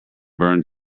burned